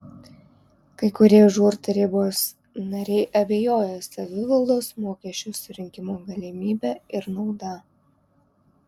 kai kurie žūr tarybos nariai abejoja savivaldos mokesčio surinkimo galimybe ir nauda